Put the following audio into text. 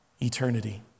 eternity